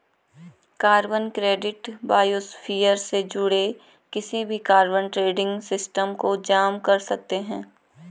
carbon credit biosphere से जुड़े किसी भी कार्बन ट्रेडिंग सिस्टम को जाम कर सकते हैं